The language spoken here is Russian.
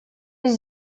есть